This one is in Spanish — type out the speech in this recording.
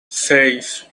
seis